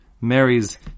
marries